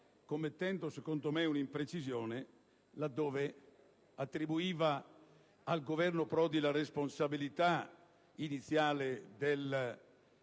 commettendo - secondo me - una imprecisione, là dove ha attribuito al Governo Prodi la responsabilità iniziale del *default*